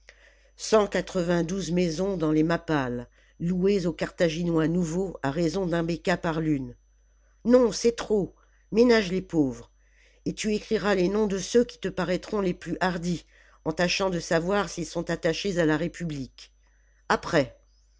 quatre-vingt-douze maisons dans les mappales louées aux carthaginois nouveaux à raison d'un béka par lune non c'est trop ménage les pauvres et tu écriras les noms de ceux qui te paraîtront les plus hardis en tâchant de savoir s'ils sont attachés à la république après